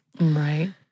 Right